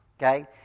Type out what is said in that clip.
okay